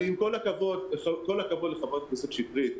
עם כל הכבוד לחברת הכנסת שטרית,